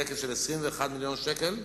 בהיקף של 21 מיליון שקל,